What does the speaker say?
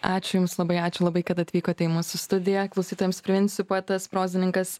ačiū jums labai ačiū labai kad atvykote į mūsų studiją klausytojams priminsiu poetas prozininkas